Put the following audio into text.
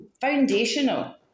foundational